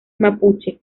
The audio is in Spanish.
mapuche